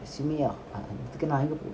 அதுக்குநான்எங்கபோறது:adhukku naan enga poradhu